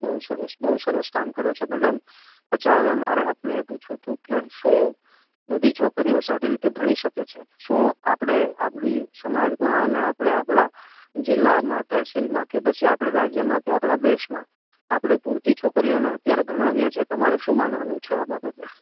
બહુ સરસ બહુ સરસ કામ કરો છો મૅડમ અચ્છા હવે મારે આપને એ પૂછવું તું કે શું બધી છોકરીઓ સારી રીતે ભણી શકે છે શું આપણે આપણી સમાજમાં અને આપણા જિલ્લામાં તહેસીલમાં કે પછી આપણા રાજ્યમાં કે આપણાં દેશમાં આપણે પૂરતી છોકરીઓને અત્યારે ભણાવીએ છીએ તમારું શું માનવાનું છે આ બાબતે